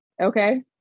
Okay